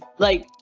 like,